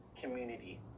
community